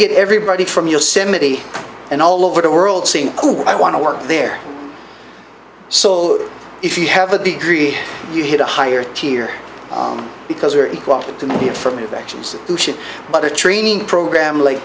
get everybody from yosemite and all over the world saying i want to work there so if you have a degree you hit a higher tier because we are equal opportunity affirmative actions but a training program like